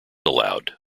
allowed